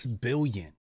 billion